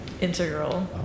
integral